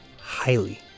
highly